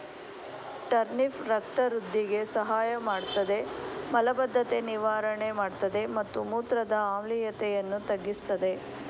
turnip ರಕ್ತ ವೃಧಿಗೆ ಸಹಾಯಮಾಡ್ತದೆ ಮಲಬದ್ಧತೆ ನಿವಾರಣೆ ಮಾಡ್ತದೆ ಮತ್ತು ಮೂತ್ರದ ಆಮ್ಲೀಯತೆಯನ್ನು ತಗ್ಗಿಸ್ತದೆ